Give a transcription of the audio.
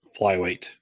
flyweight